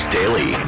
Daily